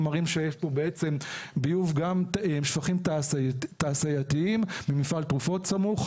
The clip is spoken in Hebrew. מראים שיש פה גם שפכים תעשייתיים ממפעל תרופות סמוך.